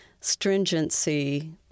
stringency